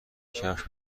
کفش